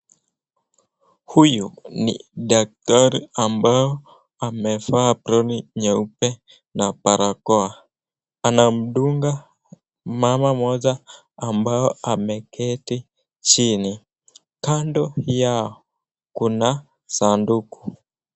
Huyu ni daktari ambao amevaa aproni nyeupe na barakoa. Anamdunga mama mmoja ambayo ameketi chini. Kando yao kuna sanduku.